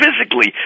physically